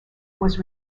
was